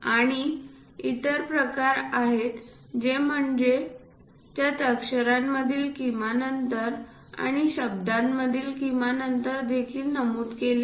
आणि इतर प्रकार आहेत ते म्हणजे ज्यात अक्षरांमधील किमान अंतर आणि शब्दांमधील किमान अंतर देखील नमूद केले आहे